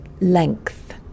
length